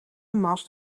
mast